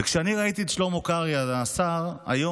וכשאני ראיתי את השר שלמה קרעי היום,